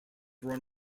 run